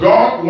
God